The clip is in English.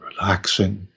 relaxing